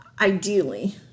ideally